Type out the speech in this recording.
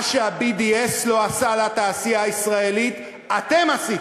מה שה-BDS לא עשה לתעשייה הישראלית, אתם עשיתם.